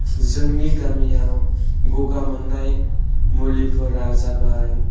जोंनि गामियाव गगा मोननाय मुलिफोरा जाबाय